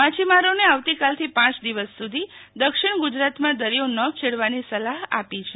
માછીમારોને આવતીકાલ થી પાંચ દિવસ સુધિ દક્ષિણ ગુજરાતમામં દરિયો ન ખેડવાની સલાહ આપી છે